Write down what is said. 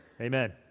Amen